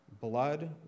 blood